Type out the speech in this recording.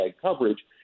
coverage